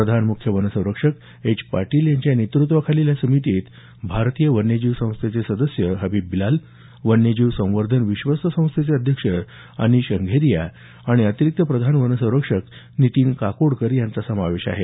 प्रधान मुख्य वनसंरक्षक एच पाटील यांच्या नेतृत्वाखालील या समितीत भारतीय वन्यजीव संस्थेचे सदस्य हबीब बिलाल वन्यजीव संवर्धन विश्वस्त संस्थेचे अध्यक्ष अनिश अंघेरिया आणि अतिरिक्त प्रधान वनसंरक्षक नितीन काकोडकर यांचा समावेश आहे